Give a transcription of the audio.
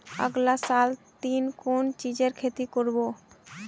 अगला साल ती कुन चीजेर खेती कर्बो